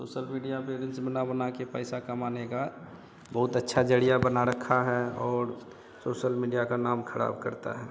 social media पर reels बना बनाकर पैसा कमाने का बहुत अच्छा ज़रिया बना रखा है और सोसल मीडिया का नाम ख़राब करते हैं